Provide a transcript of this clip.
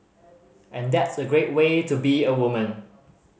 and that's a great way to be a woman